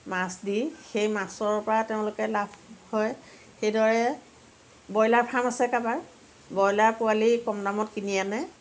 মাছ দি সেই মাছৰ পৰা তেওঁলোকে লাভ হয় সেইদৰে ব্ৰইলাৰ ফাৰ্ম আছে কাৰবাৰ ব্ৰইলাৰ পোৱালি কম দামত কিনি আনে